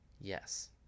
Yes